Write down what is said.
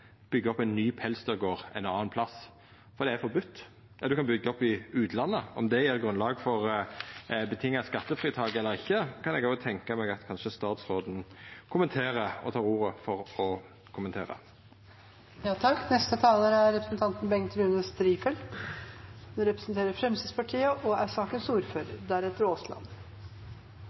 opp ein ny pelsdyrgard ein annan plass, for det er forbode. Ja, ein kan byggja opp i utlandet, og om det gjev grunnlag for vilkårsbunde skattefritak eller ikkje, kan eg òg tenkja meg at statsråden kanskje tek ordet for